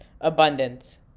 Abundance